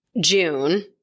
June